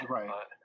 Right